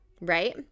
right